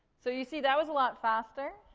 so you see that was a lot faster,